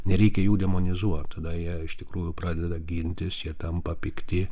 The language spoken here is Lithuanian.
nereikia jų demonizuot tada jie iš tikrųjų pradeda gintis jie tampa pikti